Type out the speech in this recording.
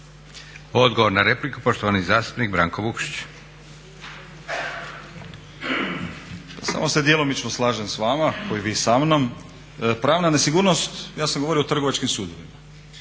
Odgovor na repliku poštovani zastupnik Branko Vukšić. **Vukšić, Branko (Nezavisni)** Samo se djelomično slažem s vama kao i vi samnom. Pravna nesigurnost, ja sam govorio o trgovačkim sudovima.